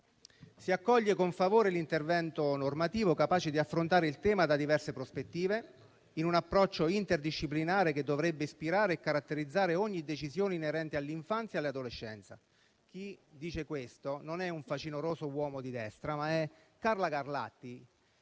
«Si accoglie con favore l'intervento normativo capace di affrontare il tema da diverse prospettive in un approccio interdisciplinare che dovrebbe ispirare e caratterizzare ogni decisione inerente all'infanzia e all'adolescenza». Chi dice questo non è un facinoroso uomo di destra, ma è Carla Garlatti,